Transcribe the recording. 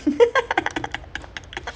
they lost to one lah